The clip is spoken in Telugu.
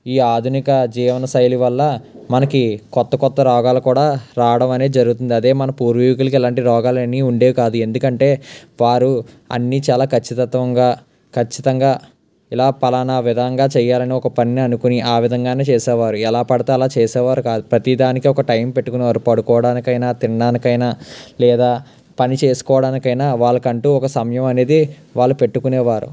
ఈ ఆధునిక జీవనశైలి వల్ల మనకి కొత్త కొత్త రోగాలు కూడా రావడం అనేది జరుగుతుంది అదే మన పూర్వీకులకు ఇలాంటి రోగాలని ఉండేవి కాదు ఎందుకంటే వారు అన్ని చాలా ఖచ్చితత్వంగా ఖచ్చితంగా ఇలా ఫలానా విధంగా చేయాలని ఒక పని అనుకొని ఆ విధంగానే చేసేవారు ఎలా పడితే అలా చేసేవారు కాదు ప్రతిదానికి ఒక టైం పెట్టుకునేవారు పడుకోవడానికి అయినా తినడానికైనా లేదా పని చేసుకోవడానికైనా వాళ్ళకంటూ ఒక సమయం అనేది వాళ్ళు పెట్టుకునేవారు